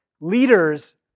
Leaders